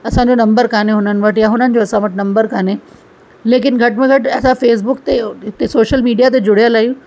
असांजो नम्बर कोन्हे हुननि वटि या हुननि जो असां वटि नम्बर कोन्हे लेकिन घटि में घटि असां फेसबुक ते हिते सोशल मीडिया ते जुड़ियलु आहियूं